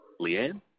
Leanne